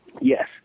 Yes